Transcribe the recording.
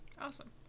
Awesome